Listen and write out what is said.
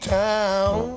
town